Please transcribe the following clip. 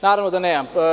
Naravno da nemam.